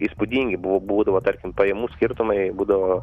įspūdingi buvo būdavo tarkim pajamų skirtumai būdavo